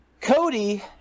Cody